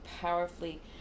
powerfully